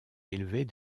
élevés